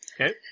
Okay